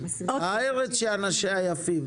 זה הזדמנות לגייס לקוחות,